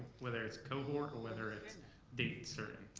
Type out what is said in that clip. whether it's kind of or whether it's date certain.